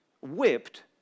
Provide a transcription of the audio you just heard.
whipped